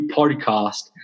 podcast